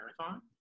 Marathon